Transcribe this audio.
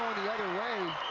the other way.